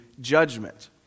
judgment